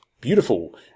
beautiful